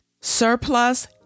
surplus